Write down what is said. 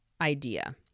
idea